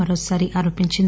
మరోసారి ఆరోపించింది